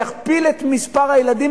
זה יכפיל את מספר הילדים,